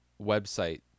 website